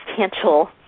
substantial